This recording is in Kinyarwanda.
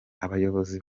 abayobozi